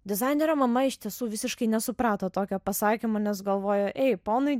dizainerio mama iš tiesų visiškai nesuprato tokio pasakymo nes galvojo ei ponui